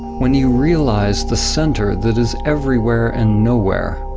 when you realize the center that is everywhere and nowhere,